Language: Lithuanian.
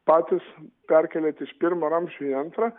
patys perkeliat iš pirmo ramsčio į antrą